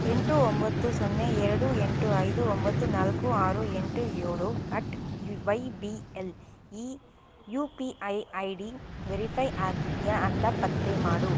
ಎಂಟು ಒಂಬತ್ತು ಸೊನ್ನೆ ಎರಡು ಎಂಟು ಐದು ಒಂಬತ್ತು ನಾಲ್ಕು ಆರು ಎಂಟು ಏಳು ಅಟ್ ವೈ ಬಿ ಎಲ್ ಈ U P I I D verify ಆಗಿದೆಯಾ ಅಂತ ಪತ್ತೆ ಮಾಡು